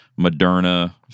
Moderna